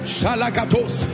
Shalakatos